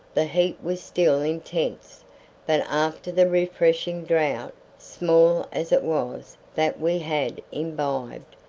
the heat was still intense but after the refreshing draught, small as it was, that we had imbibed,